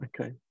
Okay